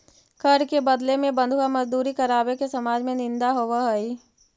कर के बदले में बंधुआ मजदूरी करावे के समाज में निंदा होवऽ हई